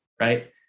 right